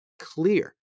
clear